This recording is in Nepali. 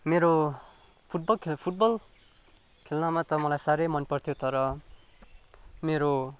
मेरो फुटबल खेल फुटबल खेल्नमा त मलाई साह्रै मन पर्थ्यो तर मेरो